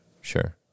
Sure